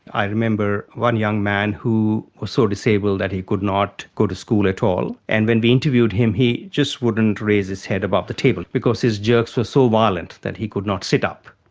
i remember one young man who was so disabled that he could not go to school at all. and when we interviewed him he just wouldn't raise his head above the table because his jerks were so violent that he could not sit up.